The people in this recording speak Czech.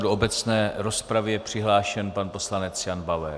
Do obecné rozpravy je přihlášen pan poslanec Jan Bauer.